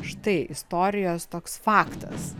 štai istorijos toks faktas